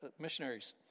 Missionaries